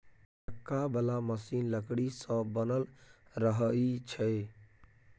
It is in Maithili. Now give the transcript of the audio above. चक्का बला मशीन लकड़ी सँ बनल रहइ छै